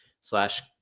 slash